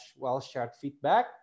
wellsharedfeedback